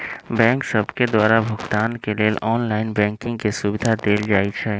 bank सभके द्वारा भुगतान के लेल ऑनलाइन बैंकिंग के सुभिधा देल जाइ छै